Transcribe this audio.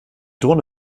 drohne